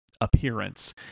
appearance